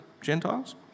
Gentiles